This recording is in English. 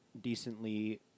decently